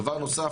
דבר נוסף,